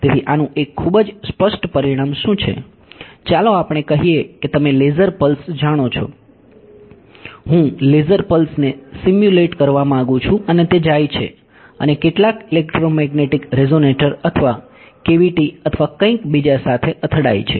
તેથી આનું એક ખૂબ જ સ્પષ્ટ પરિણામ શું છે ચાલો આપણે કહીએ કે તમે લેઝર પલ્સ જાણો છો હું લેઝર પલ્સને સિમ્યુલેટ કરવા માંગુ છું અને તે જાય છે અને કેટલાક ઇલેક્ટ્રોમેગ્નેટિક રેઝોનેટર અથવા કેવિટી અથવા કંઈક બીજા સાથે અથડાય છે